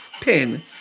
pin